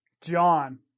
John